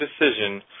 decision